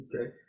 Okay